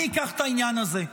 אני אקח את העניין הזה.